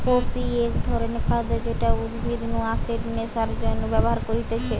poppy এক ধরণের খাদ্য যেটা উদ্ভিদ নু আসে নেশার জন্যে ব্যবহার করতিছে